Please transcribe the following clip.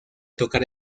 tocar